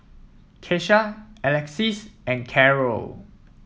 Kesha Alexys and Carrol